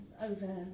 over